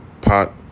pot